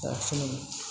जायाखिसै नामा